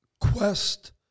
quest